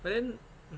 but then